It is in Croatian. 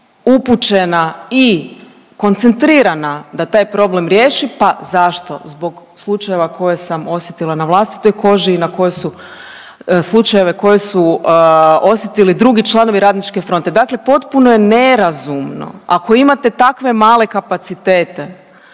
upućena i koncentrirana da taj problem riješi, pa zašto? Zbog slučajeva koje sam osjetila na vlastitoj koži i na koje su slučajeve koje su osjetili drugi članovi Radničke fronte. Dakle potpuno je nerazumno ako imate takve male kapacitete